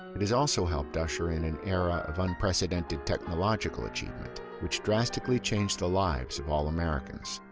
it has also helped usher in an era of unprecedented technological achievement, which drastically changed the lives of all americans.